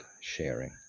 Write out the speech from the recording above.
sharing